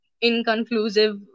inconclusive